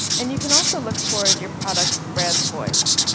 and you can also look toward your product's brand voice.